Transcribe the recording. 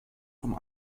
vom